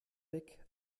weg